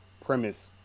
premise